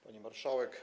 Pani Marszałek!